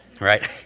right